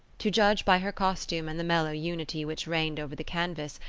to judge by her costume and the mellow unity which reigned over the canvas,